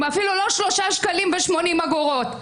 אפילו לא 3 שקלים ו-80 אגורות.